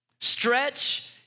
Stretch